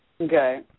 Okay